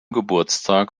geburtstag